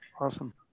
awesome